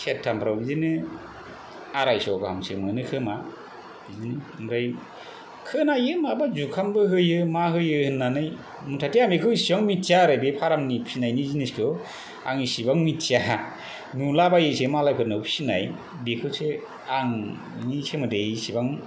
सेरथामफोराव बिदिनो आराइश' घामसे मोनो खोमा बिदिनो ओमफ्राय खोनायो माबा जुखामबो होयो मा होयो होननानै मुथ'ते आं बेखौ इसिबां मिन्थिया आरो बे फारामनि फिनायनि जिनिसखौ आं इसिबां मिनथिया नुलाबायोसो मालायफोरनाव फिसिनाय बेखौसो आं बिनि सोमोन्दै इसिबां